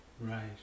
Right